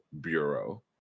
Bureau